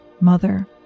Mother